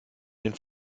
den